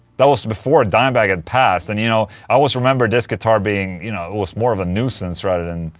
that was before dimebag had passed and you know. i always remember this guitar being you know, it was more of a nuisance rather than.